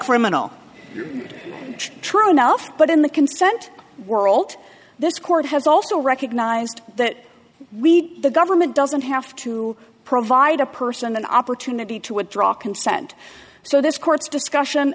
criminal true enough but in the consent world this court has also recognized that we the government doesn't have to provide a person an opportunity to a draw consent so this court's discussion